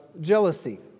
jealousy